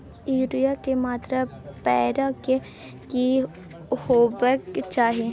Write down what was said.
Urea के मात्रा परै के की होबाक चाही?